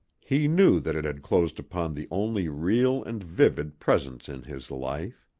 he knew that it had closed upon the only real and vivid presence in his life.